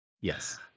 yes